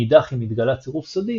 מאידך אם התגלה צירוף סודי,